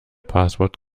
passwort